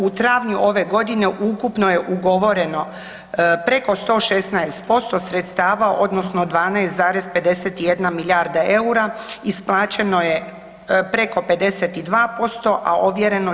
U travnju ove godine ukupno je ugovoreno preko 116% sredstava odnosno 12,51 milijarda eura, isplaćeno je preko 52%, a ovjereno 42%